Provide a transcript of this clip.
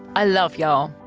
i love y'all!